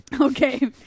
Okay